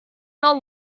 not